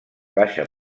baixa